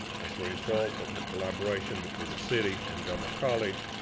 as a result of the collaboration between the city and del mar college,